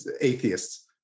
atheists